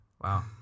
Wow